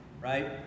right